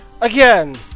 Again